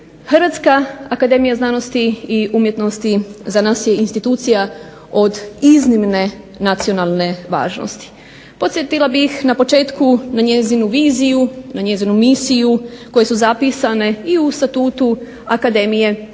Hrvatska akademija znanosti i umjetnosti za nas je institucija od iznimne nacionalne važnosti. Podsjetila bih na početku na njezinu viziju, na njezinu misiju koje su zapisane i u Statutu Akademije ali